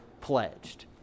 pledged